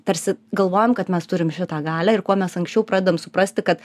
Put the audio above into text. tarsi galvojam kad mes turim šitą galią ir kuo mes anksčiau pradedam suprasti kad